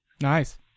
Nice